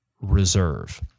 reserve